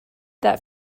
that